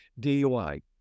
DUI